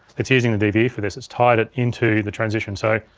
it's using the dve for this, it's tied it into the transition. so,